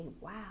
wow